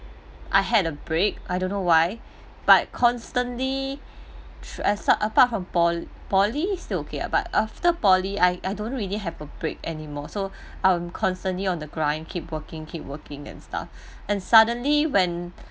I had a break I don't know why but constantly through as such apart from pol poly still okay ah but after poly I I don't really have a break anymore so I'm constantly on the grind keep working keep working and stuff and suddenly when